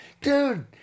dude